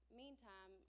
meantime